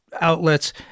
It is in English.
outlets